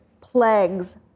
plagues